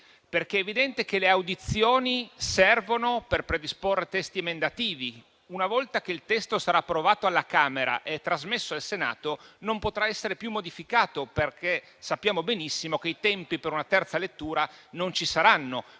È evidente che le audizioni servono per predisporre testi emendativi. Una volta che il testo sarà stato approvato dalla Camera e trasmesso al Senato, non potrà essere più modificato, perché sappiamo benissimo che i tempi per una terza lettura non ci saranno.